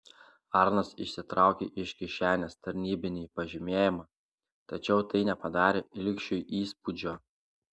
arnas išsitraukė iš kišenės tarnybinį pažymėjimą tačiau tai nepadarė ilgšiui įspūdžio